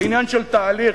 לעניין של התהליך,